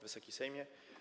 Wysoki Sejmie!